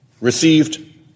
received